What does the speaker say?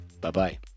Bye-bye